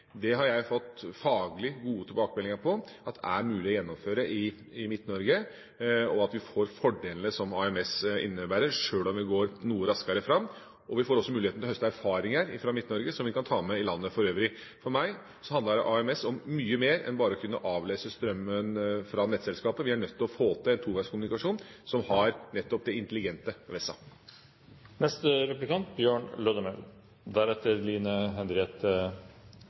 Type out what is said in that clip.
Det har jeg fått faglig gode tilbakemeldinger på er mulig å gjennomføre i Midt-Norge, og at vi får fordelene som AMS innebærer, sjøl om vi går noe raskere fram. Vi får også muligheten til å høste erfaringer fra Midt-Norge som vi kan ta med i landet for øvrig. For meg handler AMS om mye mer enn bare å kunne avlese strømmen fra nettselskapet. Vi er nødt til å få til en toveis kommunikasjon som har nettopp det intelligente